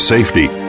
Safety